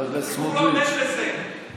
די, תצטרפו לממשלה כבר, הציבור לא עומד בזה.